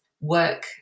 work